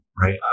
right